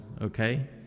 okay